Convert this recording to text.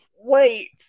wait